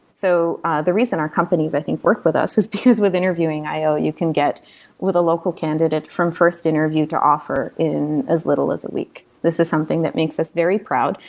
so ah the reason our company has i think worked with us is because with interviewing io you can get with a local candidate from first interview to offer in as little as a week. this is something that makes us very proud,